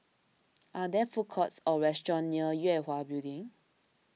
are there food courts or restaurants near Yue Hwa Building